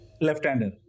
Left-hander